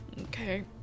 Okay